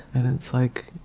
and it's like,